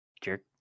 jerk